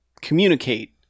communicate